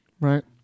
right